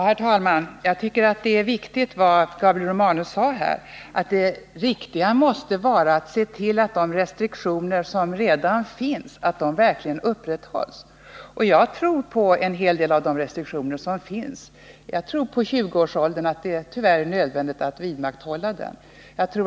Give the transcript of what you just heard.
Herr talman! Jag tycker att vad Gabriel Romanus sade här är viktigt, nämligen att det riktiga måste vara att se till att de restriktioner som redan finns verkligen upprätthålls. Och jag tror på att en hel del av de restriktioner som finns verkligen har effekt. Jag tror t.ex. att det tyvärr är nödvändigt att bibehålla åldersgränsen 20 år.